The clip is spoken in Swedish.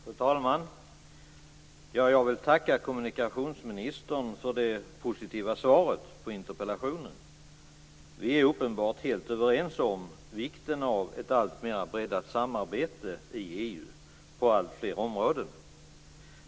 Fru talman! Jag vill tacka kommunikationsministern för det positiva svaret på interpellationen. Vi är uppenbart helt överens om vikten av ett alltmer breddat samarbete i EU på alltfler områden.